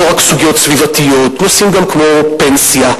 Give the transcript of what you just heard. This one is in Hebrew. לא רק סוגיות סביבתיות, גם נושאים כמו פנסיה.